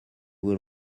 will